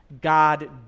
God